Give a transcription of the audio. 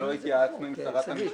לא התייעצנו עם שרת המשפטים,